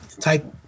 type